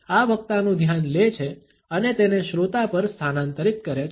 તે આ વક્તાનું ધ્યાન લે છે અને તેને શ્રોતા પર સ્થાનાંતરિત કરે છે